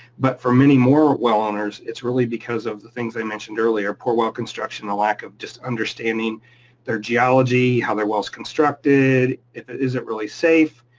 but for any more well owners, it's really because of the things i mentioned earlier, poor well construction, the lack of just understanding their geology, how their well's constructed, it it isn't really safe.